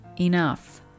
enough